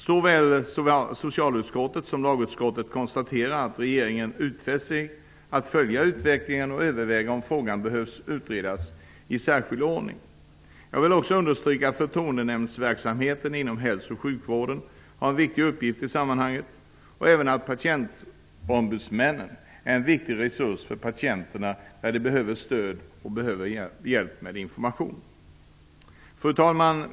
Såväl socialutskottet som lagutskottet konstaterar att regeringen utfäst sig att följa utvecklingen och överväga om frågan behöver utredas i särskild ordning. Jag vill också understryka att förtroendenämndsverksamheten inom hälso och sjukvården har en viktig uppgift i sammanhanget. Även patientombudsmannen är en viktig resurs för patienter som är i behov av stöd och hjälp med information. Fru talman!